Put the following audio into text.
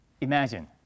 imagine